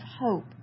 hope